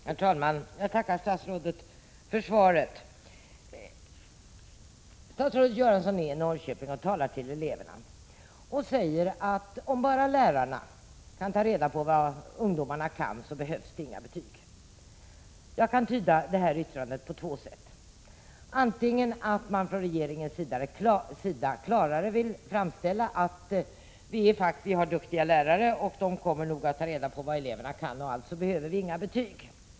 Herr talman! Jag tackar för svaret. Statsrådet Göransson är i Norrköping och talar till eleverna. Han säger då att om bara lärarna kan ta reda på vad ungdomarna kan behövs det inga betyg. Jag kan tyda det yttrandet på två sätt. Den ena möjligheten är att regeringen klarare vill fastslå att vi har duktiga lärare och att de nog kommer att ta reda på vad eleverna kan; alltså behöver vi inga betyg.